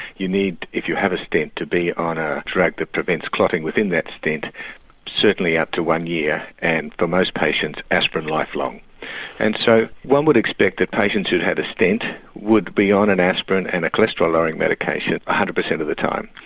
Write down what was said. you need if you have a stent to be on a a drug that prevents clotting within that stent certainly up to one year and for most patients aspirin lifelong and so one would expect that patients who have a stent would be on an aspirin and a cholesterol lowering medication one hundred percent of the time.